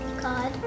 God